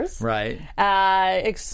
Right